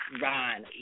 Ron